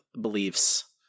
beliefs